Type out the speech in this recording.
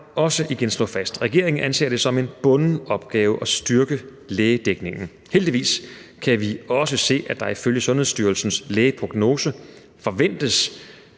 mig igen slå fast, at regeringen ser det som en bunden opgave at styrke lægedækningen. Heldigvis kan vi også se, at der ifølge Sundhedsstyrelsens lægeprognose forventes